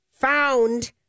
found